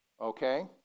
Okay